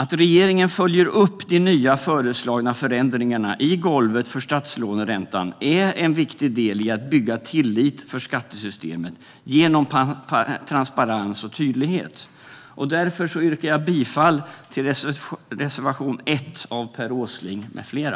Att regeringen följer upp de nya föreslagna förändringarna av golvet för statslåneräntan är en viktig del i att bygga tillit för skattesystemet genom transparens och tydlighet. Jag yrkar därför bifall till reservation 1 av Per Åsling med flera.